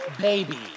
baby